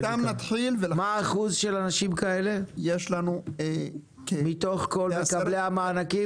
מה האחוז של אנשים כאלה מתוך כל מקבלי המענקים?